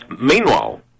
Meanwhile